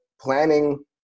planning